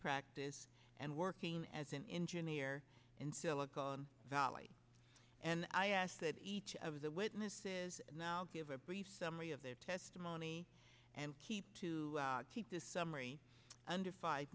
practice and working as an engineer in silicone valley and i ask that each of the witnesses now give a brief summary of their testimony and keep to keep this summary under five